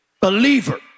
believer